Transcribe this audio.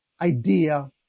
idea